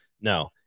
No